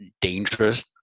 dangerous